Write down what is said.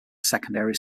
secondary